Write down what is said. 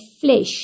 flesh